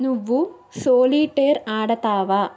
నువ్వు సోలిటేర్ ఆడతావా